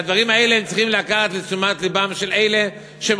שאת הדברים האלה צריכים לקחת לתשומת לבם אלה שהם